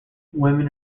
women